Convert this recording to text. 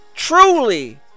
Truly